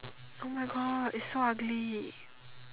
oh my God it's so ugly